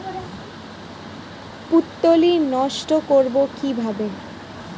পুত্তলি নষ্ট করব কিভাবে?